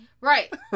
Right